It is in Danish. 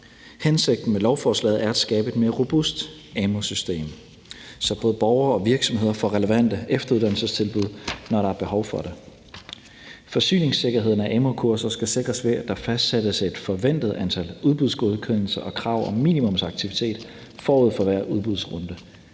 Hensigten med lovforslaget er at skabe et mere robust amu-system, så både borgere og virksomheder får relevante efteruddannelsestilbud, når der er behov for det. Forsyningssikkerheden af amu-kurser skal sikres, ved at der fastsættes et forventet antal udbudsgodkendelser og krav om minimumsaktivitet forud for hver udbudsrunde.